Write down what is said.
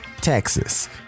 Texas